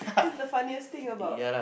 first the funniest thing about